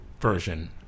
version